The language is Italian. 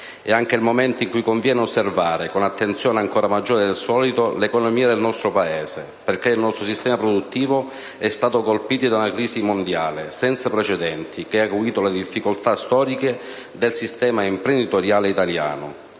È anche il momento in cui conviene osservare, con attenzione ancora maggiore del solito, l'economia del nostro Paese, perché il nostro sistema produttivo è stato colpito da una crisi mondiale senza precedenti che ha acuito le difficoltà storiche del sistema imprenditoriale italiano,